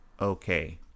Okay